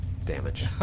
Damage